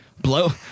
Blow